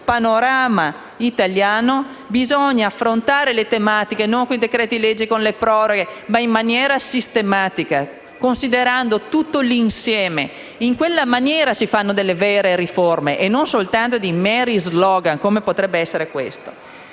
panorama italiano. Bisogna affrontare le tematiche non con i decreti-legge e le proroghe, ma in maniera sistematica, considerando tutto l'insieme. In questo modo si fanno delle vere riforme e non meri *slogan*, come potrebbe essere questo.